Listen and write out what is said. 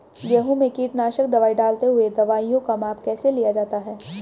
गेहूँ में कीटनाशक दवाई डालते हुऐ दवाईयों का माप कैसे लिया जाता है?